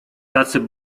tacy